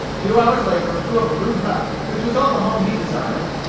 few hours' labor threw up a rude hut which was all the home he desired.